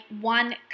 one